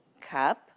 cup